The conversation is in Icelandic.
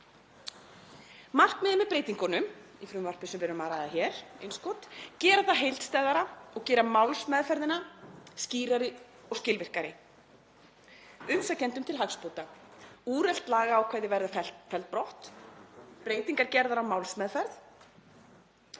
Markmiðið með breytingunum er að betrumbæta úrræðið, gera það heildstæðara og gera málsmeðferðina skýrari og skilvirkari, umsækjendum til hagsbóta. Úrelt lagaákvæði verði felld brott, breytingar gerðar á málsmeðferð